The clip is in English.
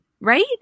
right